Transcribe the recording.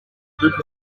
group